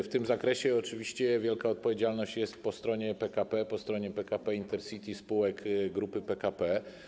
W tym zakresie wielka odpowiedzialność jest po stronie PKP, po stronie PKP Intercity, spółek Grupy PKP.